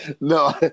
No